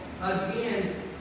Again